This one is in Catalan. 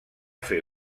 fer